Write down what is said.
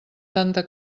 tanta